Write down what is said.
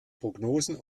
prognosen